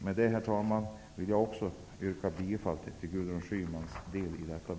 Med detta, herr talman, vill jag också yrka bifall till